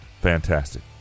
fantastic